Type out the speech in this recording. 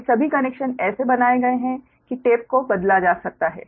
ये सभी कनेक्शन ऐसे बनाए गए हैं कि टेप को बदला जा सकता है